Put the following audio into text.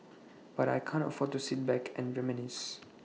but I can't afford to sit back and reminisce